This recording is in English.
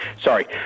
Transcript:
Sorry